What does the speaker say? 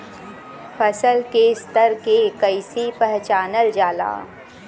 फसल के स्तर के कइसी पहचानल जाला